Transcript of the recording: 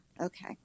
Okay